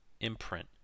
imprint